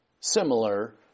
similar